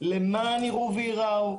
למען יראו וייראו,